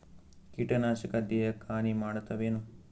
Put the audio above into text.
ಕೀಟನಾಶಕ ದೇಹಕ್ಕ ಹಾನಿ ಮಾಡತವೇನು?